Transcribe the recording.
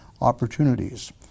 opportunities